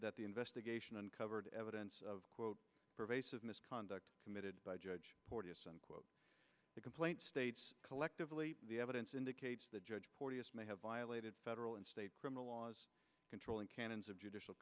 that the investigation uncovered evidence of pervasive misconduct committed by judge the complaint states collectively the evidence indicates the judge may have violated federal and state criminal laws controlling canons of judicial